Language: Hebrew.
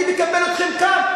אני מקבל אתכם כאן.